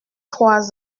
trois